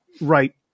right